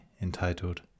entitled